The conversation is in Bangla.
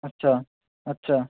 আচ্ছা আচ্ছা